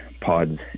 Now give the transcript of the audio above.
pods